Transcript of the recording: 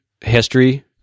history